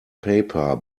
paper